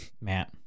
Matt